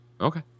Okay